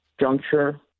juncture